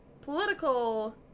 political